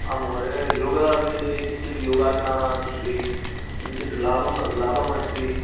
आं महोदय योगः विषये किञ्चिद् योगासनाः सन्ति किञ्चिद् लाभं लाभम् अस्ति